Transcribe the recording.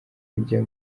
kujya